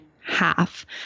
half